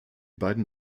beiden